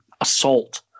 assault